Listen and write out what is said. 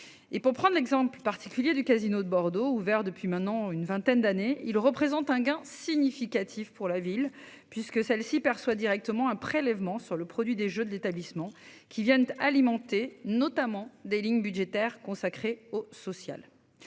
pour prendre l'exemple particulier du casino de Bordeaux. Ouvert depuis maintenant une vingtaine d'années, il représente un gain significatif pour la ville puisque celle-ci perçoit directement un prélèvement sur le produit des jeux de l'établissement qui viennent alimenter notamment des lignes budgétaires consacrés au social.